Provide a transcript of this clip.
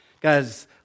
Guys